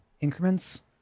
increments